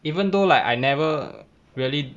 even though like I never really